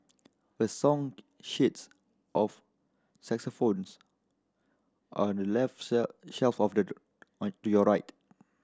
a song sheets of xylophones are left shelf of the to your right